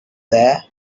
there